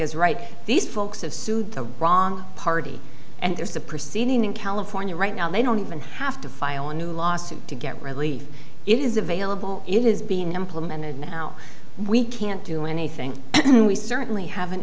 is right these folks have sued the wrong party and there's a proceeding in california right now they don't even have to file a new lawsuit to get relief it is available it is being implemented now we can't do anything and we certainly haven't